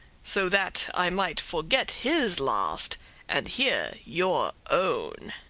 so that i might forget his last and hear your own.